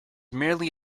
merely